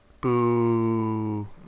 Boo